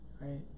Right